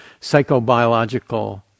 psychobiological